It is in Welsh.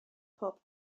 pob